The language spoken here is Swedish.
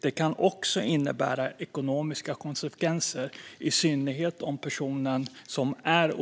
Det kan också innebära ekonomiska konsekvenser, i synnerhet om personen som är